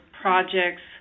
projects